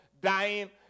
dying